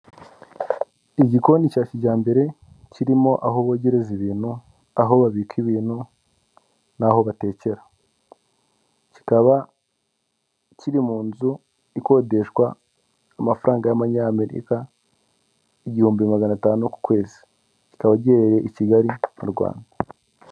Igikoni cya kijyambere kirimo aho bogereza ibintu, aho babika ibintu, n'aho batekera, kikaba kiri mu nzu ikodeshwa amafaranga y'abanyamerika igihumbi magana atanu ku kwezi, kikaba giherereye i Kigali mu Rwanda.